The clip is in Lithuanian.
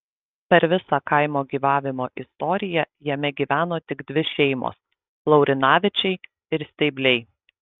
per visą kaimo gyvavimo istoriją jame gyveno tik dvi šeimos laurinavičiai ir steibliai